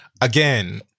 Again